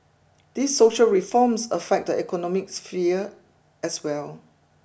these social reforms affect the economic sphere as well